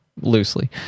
loosely